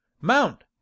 Mount